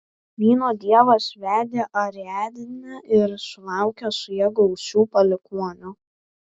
vyno dievas vedė ariadnę ir sulaukė su ja gausių palikuonių